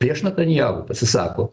prieš netanjahu pasisako